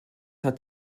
hat